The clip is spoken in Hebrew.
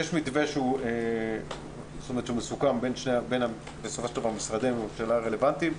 לגבי אולמות אירועים יש מתווה שמסוכם בין משרדי הממשלה הרלוונטיים.